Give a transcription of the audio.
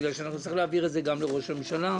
בגלל שנצטרך להעביר את זה גם לראש הממשלה,